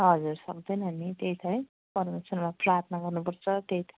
हजुर सक्दैन नि त्यही त है परमेश्वरमा प्रार्थना गर्नुपर्छ त्यही त